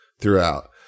throughout